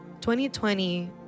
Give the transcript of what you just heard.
2020